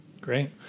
Great